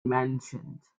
mentioned